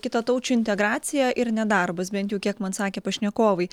kitataučių integracija ir nedarbas bent jų kiek man sakė pašnekovai